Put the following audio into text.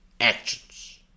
actions